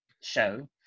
show